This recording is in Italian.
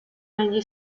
negli